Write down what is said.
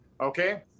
Okay